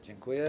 Dziękuję.